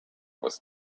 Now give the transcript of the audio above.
was